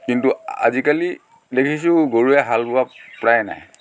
কিন্তু আজিকালি দেখিছোঁ গৰুৱে হাল বোৱা প্ৰায় নাই